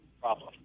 problem